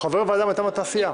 הוא חבר ועדה מטעם אותה סיעה.